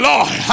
Lord